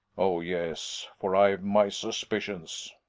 oh, yes! for i've my suspicions.